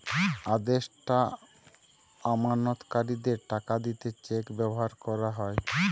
আদেষ্টা আমানতকারীদের টাকা দিতে চেক ব্যাভার কোরা হয়